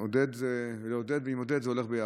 עודד ולעודד, זה הולך ביחד.